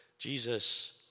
Jesus